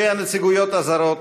ראשי הנציגויות הזרות,